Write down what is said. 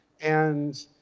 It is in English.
and